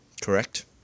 Correct